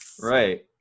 right